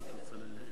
באין שר,